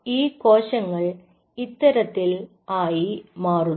ഈ കോശങ്ങൾ ഇത്തരത്തിൽ ആയി മാറുന്നു